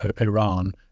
Iran